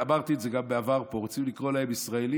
ואמרתי את זה גם בעבר פה: רוצים לקרוא להם "ישראלים"?